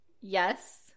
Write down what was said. Yes